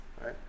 right